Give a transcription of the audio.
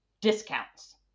discounts